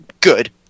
good